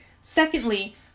Secondly